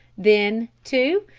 then, too,